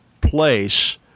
place